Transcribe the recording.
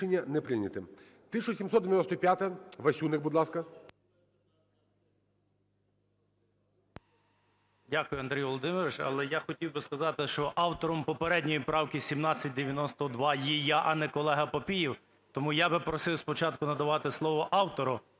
Дякую, Андрій Володимирович. Але я хотів би сказати, що автором попередньої правки 1792 є я, а не колега Папієв. Тому я би просив спочатку надавати слово автору,